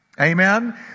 Amen